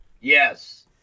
Yes